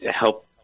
help